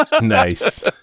Nice